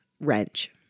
wrench